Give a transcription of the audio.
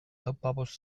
lauzpabost